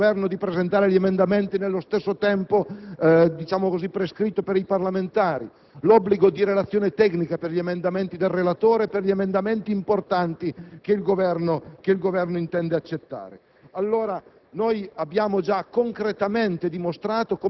l'obbligo per il relatore e per il Governo di presentare gli emendamenti nello stesso tempo prescritto per i parlamentari, l'obbligo della relazione tecnica per gli emendamenti del relatore e per quelli importanti che il Governo intende accettare.